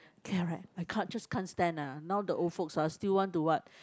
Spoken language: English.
correct I can't just can't stand ah now the old folks ah still want to what